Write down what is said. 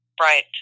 Right